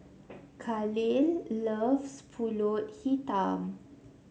Kahlil loves pulut Hitam